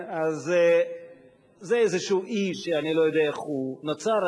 אז זה איזשהו אי שאני לא יודע איך הוא נוצר,